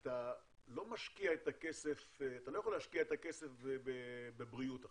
אתה לא יכול להשקיע את הכסף בבריאות עכשיו.